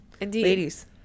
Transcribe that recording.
ladies